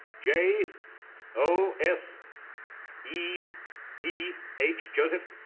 j o s e p h, joseph.